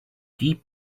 deep